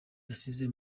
yasize